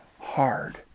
hard